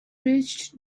reached